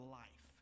life